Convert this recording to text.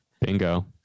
Bingo